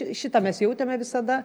šitą mes jautėme visada